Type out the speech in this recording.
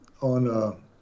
on